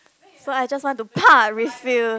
so I just want to pah refill